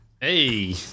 Hey